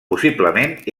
possiblement